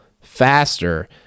faster